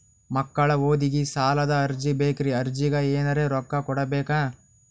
ಮಕ್ಕಳ ಓದಿಗಿ ಸಾಲದ ಅರ್ಜಿ ಬೇಕ್ರಿ ಅರ್ಜಿಗ ಎನರೆ ರೊಕ್ಕ ಕೊಡಬೇಕಾ?